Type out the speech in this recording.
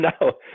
No